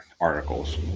articles